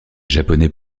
japonais